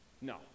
No